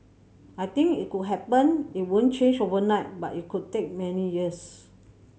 I think it could happen it won't change overnight but it could take many years